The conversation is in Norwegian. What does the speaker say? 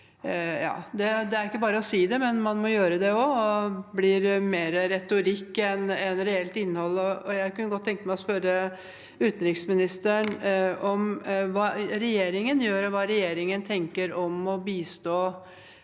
det er ikke bare å si det, men man må gjøre det også, og det blir mer retorikk enn reelt innhold. Jeg kunne godt tenke meg å spørre utenriksministeren om hva regjeringen gjør, og hva regjeringen tenker om å bistå